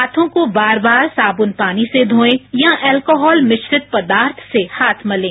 हांथों को बार बार सावुन पानी से धोएं या अल्कोहल मिश्रित पदार्थ से हाथ मलें